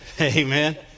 Amen